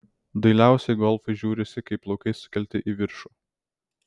dailiausiai golfai žiūrisi kai plaukai sukelti į viršų